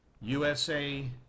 USA